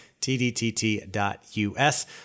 tdtt.us